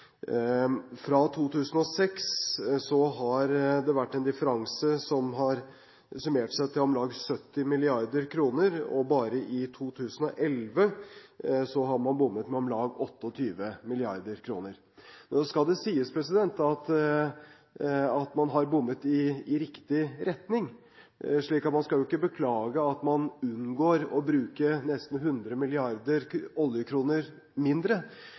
fra budsjettanslagene og til regnskapet. Fra 2006 har det vært en differanse som har summert seg til om lag 70 mrd. kr, og bare i 2011 har man bommet med om lag 28 mrd. kr. Nå skal det sies at man har bommet i riktig retning, og man skal jo ikke beklage at man bruker nesten 100 milliarder oljekroner mindre.